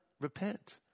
repent